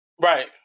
right